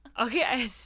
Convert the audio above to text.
Okay